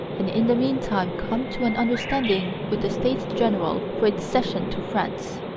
and in the meantime come to an understanding with the states-general for its cession to france.